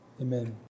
amen